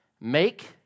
Make